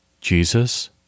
Jesus